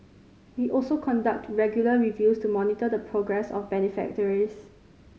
we also conduct regular reviews to monitor the progress of beneficiaries